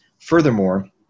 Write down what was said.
furthermore